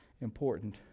important